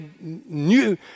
new